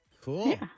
Cool